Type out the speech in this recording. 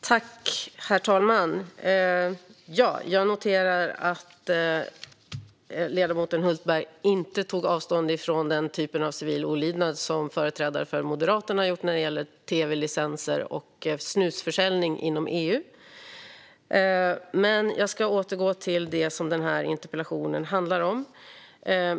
Herr talman! Jag noterar att ledamoten Hultberg inte tog avstånd från den typ av civil olydnad som företrädare för Moderaterna har ägnat sig åt när det gäller tv-licensen och snusförsäljning inom EU. Jag ska dock återgå till det interpellationen handlar om.